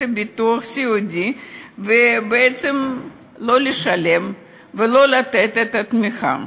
הביטוח הסיעודי ובעצם לא לשלם ולא לתת את התמיכה.